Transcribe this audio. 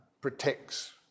protects